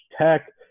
Tech